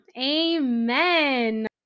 Amen